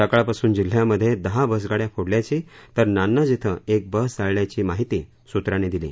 सकाळपासून जिल्ह्यामध्ये दहा बसगाड्या फोडल्याची तर नान्नज िं एक बस जाळल्याची माहिती सूत्रांनी दिली